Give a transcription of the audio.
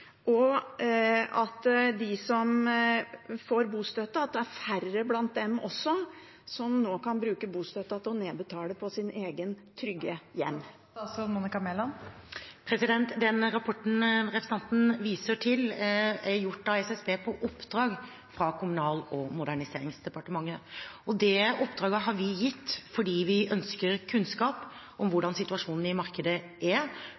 og at det også blant dem som får bostøtte, er færre som nå kan bruke bostøtten til å nedbetale sitt eget trygge hjem? Den rapporten representanten viser til, er gjort av SSB på oppdrag fra Kommunal- og moderniseringsdepartementet. Det oppdraget har vi gitt fordi vi ønsker kunnskap om